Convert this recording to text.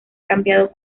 cambiado